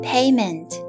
Payment